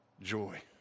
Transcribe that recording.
joy